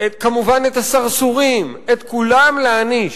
כמובן את הסרסורים, את כולם להעניש,